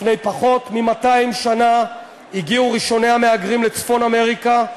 לפני פחות מ-200 שנה הגיעו ראשוני המהגרים לצפון אמריקה,